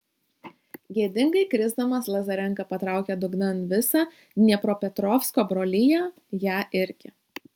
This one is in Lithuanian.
gėdingai krisdamas lazarenka patraukė dugnan visą dniepropetrovsko broliją ją irgi